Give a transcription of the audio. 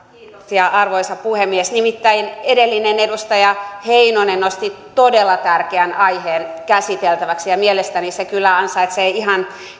kiitoksia arvoisa puhemies nimittäin edellinen edustaja heinonen nosti todella tärkeän aiheen käsiteltäväksi ja mielestäni se kyllä ansaitsee ihan